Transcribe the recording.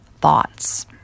Thoughts